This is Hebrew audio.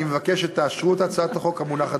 אני מבקש שתאשרו את הצעת החוק המונחת